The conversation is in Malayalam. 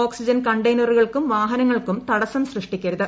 ഓക്സിജൻ കണ്ടൈനറുകൾക്കും വാഹനങ്ങൾക്കും തടസ്സം സൃഷ്ടിക്കരുത്